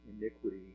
iniquity